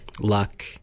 luck